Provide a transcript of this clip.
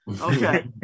Okay